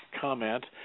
comment